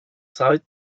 zeit